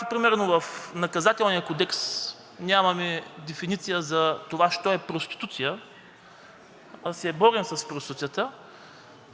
Например в Наказателния кодекс нямаме дефиниция за това що е то проституция, а се борим с проституцията, а